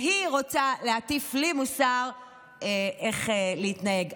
והיא רוצה להטיף לי מוסר איך להתנהג.